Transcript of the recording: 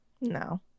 no